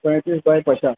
پینتیس بائی پچاس